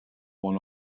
one